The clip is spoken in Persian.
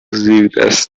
زیردست